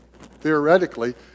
theoretically